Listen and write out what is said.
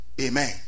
Amen